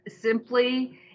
Simply